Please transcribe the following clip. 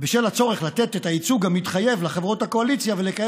לתת את הייצוג המתחייב לחברות הקואליציה ולקיים